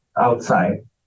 outside